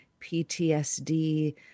PTSD